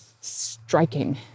striking